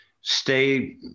stay